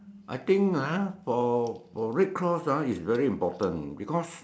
I think ah for red cross ah is very important because